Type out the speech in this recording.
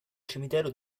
cimitero